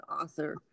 author